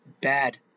bad